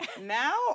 now